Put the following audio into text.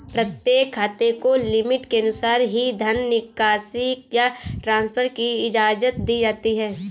प्रत्येक खाते को लिमिट के अनुसार ही धन निकासी या ट्रांसफर की इजाजत दी जाती है